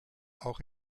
auch